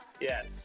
Yes